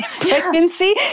pregnancy